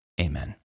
Amen